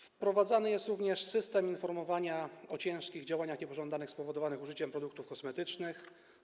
Wprowadzany jest również system informowania o ciężkich działaniach niepożądanych spowodowanych użyciem produktów kosmetycznych.